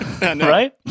Right